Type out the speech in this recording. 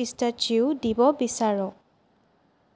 pistachio দিব বিচাৰোঁ